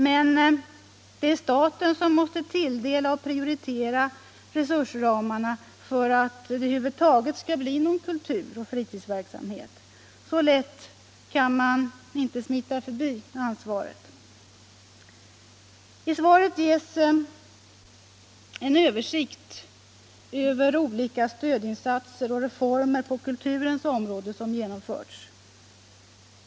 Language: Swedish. Men det är staten som måste tilldela och prioritera resursramarna för att det över huvud taget skall bli någon kulturoch fritidsverksamhet. Så lätt kan man inte smita förbi ansvaret. I svaret ges en översikt över olika stödinsatser och reformer på kulturens område som genomförts.